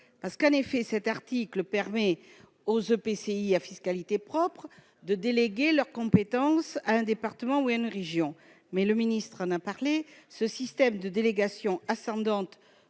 Cartron. Cet article permet aux EPCI à fiscalité propre de déléguer leurs compétences à un département ou à une région. M. le ministre l'a souligné, ce système de délégation ascendante,